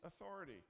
authority